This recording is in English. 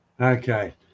Okay